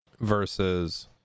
versus